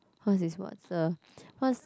what is what a what